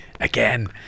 again